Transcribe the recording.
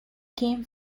came